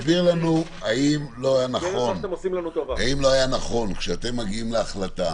תסביר לנו אם לא היה נכון, כשאתם מגיעים להחלטה